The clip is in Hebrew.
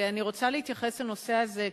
אני רוצה להתייחס לנושא הזה,